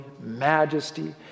majesty